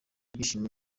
byishimo